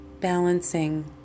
Balancing